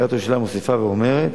עיריית ירושלים מוסיפה ואומרת